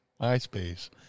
MySpace